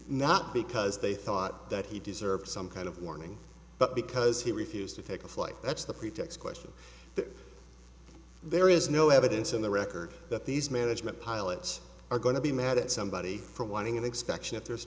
not because they thought that he deserved some kind of warning but because he refused to take a flight that's the pretext question that there is no evidence in the record that these management pilots are going to be mad at somebody for wanting an expection if there's